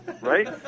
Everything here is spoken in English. Right